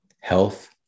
Health